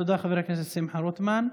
תודה, חבר הכנסת שמחה רוטמן.